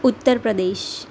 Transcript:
Uttar Pradesh